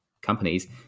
companies